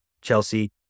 Chelsea